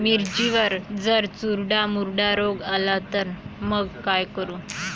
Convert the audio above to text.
मिर्चीवर जर चुर्डा मुर्डा रोग आला त मंग का करू?